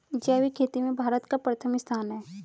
जैविक खेती में भारत का प्रथम स्थान है